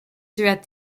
throughout